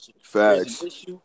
Facts